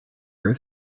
earth